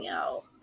out